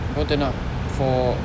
kau tak nak for